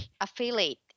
affiliate